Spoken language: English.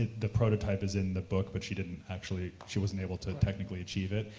the prototype is in the books, but she didn't actually, she wasn't able to technically achieve it,